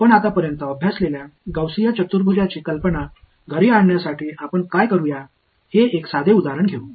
நாம் இதுவரை படித்த காஸியன் குவாட்ரேச்சர் யோசனையை வீட்டிற்கு கொண்டு செல்ல இதுவரை நாம் என்ன செய்வோம் என்றாள் ஒரு எளிய உதாரணத்தை எடுப்போம்